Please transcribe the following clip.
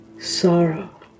sorrow